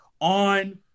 on